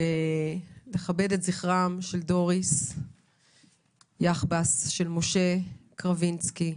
ולכבד את זכרם של דוריס יחבס, של משה קרביצקי,